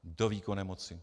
Do výkonné moci.